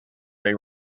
they